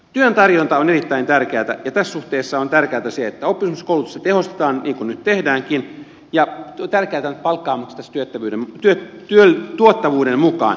työn tarjonta on erittäin tärkeätä ja tässä suhteessa on tärkeätä se että oppisopimuskoulutusta tehostetaan niin kuin nyt tehdäänkin ja tärkeätä on että palkkaa maksettaisiin tuottavuuden mukaan